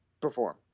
perform